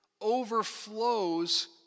overflows